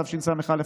התשס"א 2001,